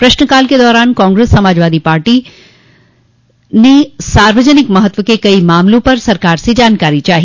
प्रश्नकाल के दौरान कांग्रेस समाजवादी पार्टी ने सार्वजनिक महत्व के कई मामलों पर सरकार से जानकारी चाही